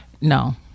no